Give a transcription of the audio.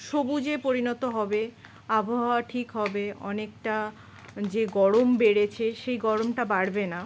সবুজে পরিণত হবে আবহাওয়া ঠিক হবে অনেকটা যে গরম বেড়েছে সেই গরমটা বাড়বে না